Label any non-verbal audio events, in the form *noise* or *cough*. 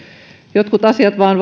jotkut asiat vaan *unintelligible*